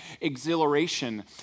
exhilaration